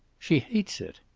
she hates it.